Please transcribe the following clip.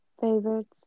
favorites